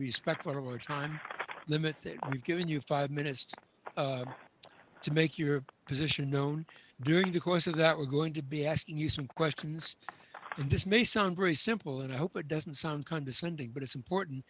respect for the war time limits it given you five minutes to make your position known during the course of that we're going to be asking you some questions and this may sound very simple and i hope it doesn't sound condescending but it's important